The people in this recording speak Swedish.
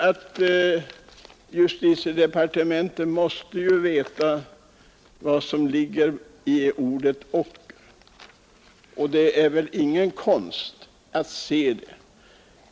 I justitiedepartementet vet man givetvis vad som ligger i ordet ocker; det är ju ingen konst att inse det.